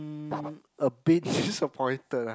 mm a bit disappointed ah